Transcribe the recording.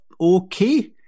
okay